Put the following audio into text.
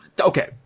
okay